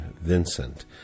Vincent